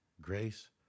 Grace